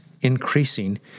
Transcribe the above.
increasing